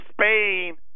Spain